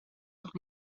toch